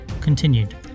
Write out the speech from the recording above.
Continued